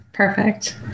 Perfect